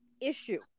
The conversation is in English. issue